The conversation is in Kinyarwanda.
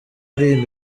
ari